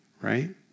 right